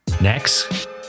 Next